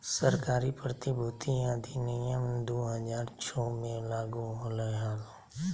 सरकारी प्रतिभूति अधिनियम दु हज़ार छो मे लागू होलय हल